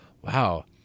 wow